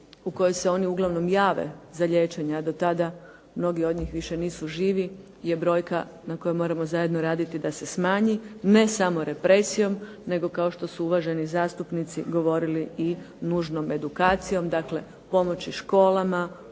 u kojoj se oni uglavnom jave za liječenje a do tada mnogi od njih više nisu živi je brojka na kojoj moramo zajedno raditi da se smanji, ne samo represijom nego kao što su uvaženi zastupnici govorili i nužnom edukacijom dakle pomoći školama,